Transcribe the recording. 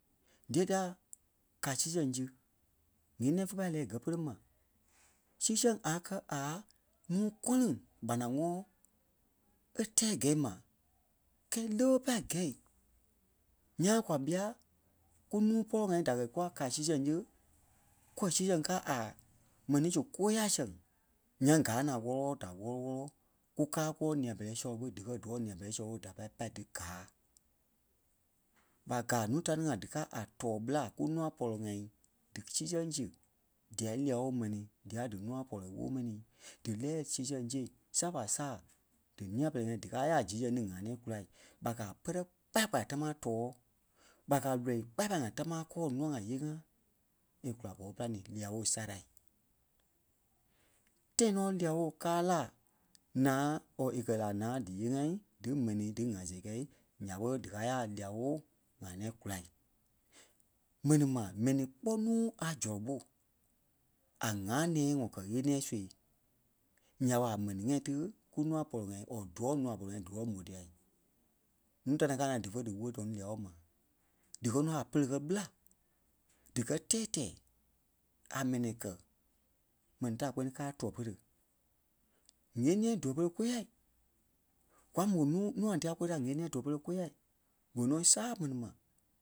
diyɛɛ dia ká sii sɛŋ si ɣeniɛi fé pâi lɛ́ɛ kɛ́ pere ma. Sii sɛŋ a kɛ́ a nuu gɔ̃liŋ kpanaŋɔɔ é tɛɛ gɛ̂i ma, kɛɛ lé ɓe gɛ̂i ǹyãa kwa ɓîa kúnuu pɔlɔ-ŋai da kɛ́ kûa ká sii sɛŋ si kuɛi sii sɛŋ káa a mɛni su kóyaa sɛŋ nyaŋ gáa naa wɔ́lɔ-wɔlɔ da wɔlɔ-wɔlɔ kúkaa kuwɔi nîa-pɛlɛɛ sɔlɔ ɓô díkɛ díwɔ̂ nîa-pɛlɛɛ sɔlɔ ɓô da pai pâi dí gáa. ɓa gaa núu ta ni ŋai díkaa a tɔ́ɔ ɓelai kúnua pɔlɔ-ŋai dí sii sɛŋ si dia lia-woo mɛnii dîa dínuu pɔlɔ-ŋai wóo mɛni. Di lɛ́ɛ sii sɛŋ si saa ɓa saa dí nîa-pɛlɛɛ-ŋai díkaa yaa sii sɛŋ ni ŋaa nɛ̃ɛ kula ɓa gaa pɛrɛ kpaya-kpaya tamaa tɔ̀ɔ, ɓa gaa lɔ́ii kpaya-kpaya ŋai támaa kɔɔ nùa ŋai nyêei-ŋa è kùla gɔ́ɔ pîlani lia-woo sârai. Tãi nɔ́ lia-woo káa la naa or é kɛ́ la naa díyêei ŋa dí mɛni dí ŋa sɛɣɛ kɛ̀i nya ɓé díkaa yaa lia-woo ŋaa nɛ̃ɛ kula. Mɛnii ma, mɛni kpɔ́ nuu a zɔlɔ ɓó a ŋaa nɛ̃ɛ ŋɔ kɛ́ ɣeniɛ sui, nya ɓa mɛni ŋai tí kúnuu pɔlɔ-ŋai or díwɔ̂i nûa pɔlɔ-ŋai díwɔlɔ mó dia. Núu ta ní ŋai káa naa dífe díwoli tɔ̀ɔ ní lia-woo ma. Dí kɛ nɔ a pɛ́lɛ kɛ́ ɓelai, dí kɛ́ tɛɛ tɛ̀ɛ a mɛ́ni kɛ̀ mɛni da kpɛni káa tua pere. ŋ̀eniɛi dua pere kôyaa kwa nuu- nûa dia kwa da ɣeniɛ dua pere kóya vè nɔ́ saa mɛni ma